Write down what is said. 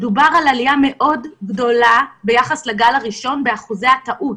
מדובר בעלייה מאוד גדולה ביחס לגל הראשון באחוזי הטעות.